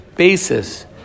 basis